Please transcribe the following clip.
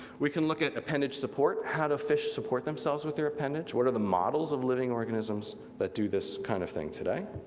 we can look at appendage support, how do fish support themselves with their appendage, what are the models of living organisms that do this kind of thing today,